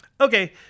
Okay